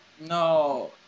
no